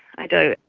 i do.